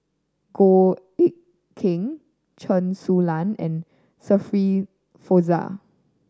Goh Eck Kheng Chen Su Lan and Shirin Fozdar